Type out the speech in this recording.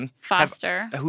foster